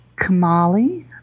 Kamali